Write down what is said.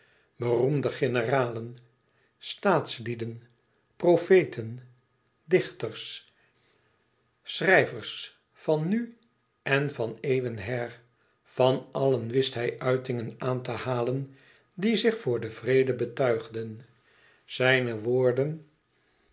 beroemde generalen staatslieden profeten dichters schrijvers van nu en van eeuwen her van allen wist hij uitingen aan te halen die zich voor den vrede betuigden zijne woorden